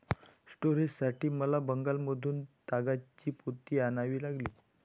स्टोरेजसाठी मला बंगालमधून तागाची पोती आणावी लागली